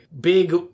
big